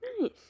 nice